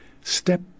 step